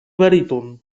baríton